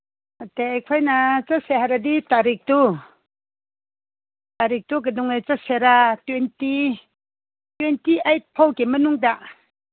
ꯅꯠꯇꯦ ꯑꯩꯈꯣꯏꯅ ꯆꯠꯁꯦ ꯍꯥꯏꯔꯗꯤ ꯇꯥꯔꯤꯛꯇꯨ ꯇꯥꯔꯤꯛꯇꯨ ꯀꯩꯗꯧꯉꯩ ꯆꯠꯁꯤꯔꯥ ꯇ꯭ꯋꯦꯟꯇꯤ ꯇ꯭ꯋꯦꯟꯇꯤ ꯑꯩꯠ ꯐꯥꯎꯒꯤ ꯃꯅꯨꯡꯗ